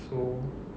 so